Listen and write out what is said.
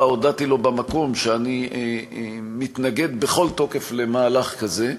והודעתי לו במקום שאני מתנגד בכל תוקף למהלך כזה,